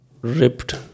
ripped